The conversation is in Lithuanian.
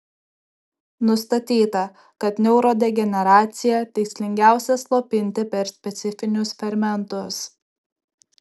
nustatyta kad neurodegeneraciją tikslingiausia slopinti per specifinius fermentus